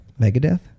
Megadeth